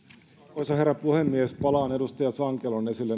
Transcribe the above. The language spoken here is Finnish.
arvoisa herra puhemies palaan edustaja sankelon esille